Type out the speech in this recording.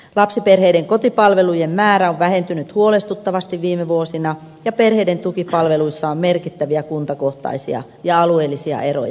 lapsiperheiden kotipalvelujen määrä on vähentynyt huolestuttavasti viime vuosina ja perheiden tukipalveluissa on merkittäviä kuntakohtaisia ja alueellisia eroja